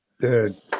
Dude